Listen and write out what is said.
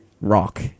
rock